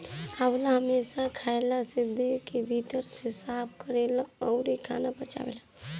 आंवला हमेशा खइला से देह के भीतर से साफ़ करेला अउरी खाना पचावेला